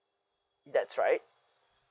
that's right